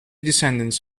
descendants